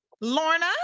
Lorna